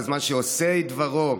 בזמן שעושי דברו,